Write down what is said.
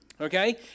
Okay